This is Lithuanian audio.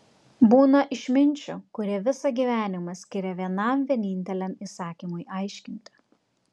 būna išminčių kurie visą gyvenimą skiria vienam vieninteliam įsakymui aiškinti